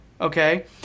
Okay